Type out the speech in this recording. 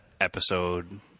episode